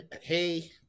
hey